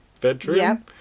bedroom